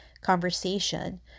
conversation